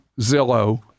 Zillow